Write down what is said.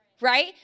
right